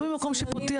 בלי מציל.